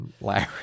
Larry